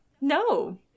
no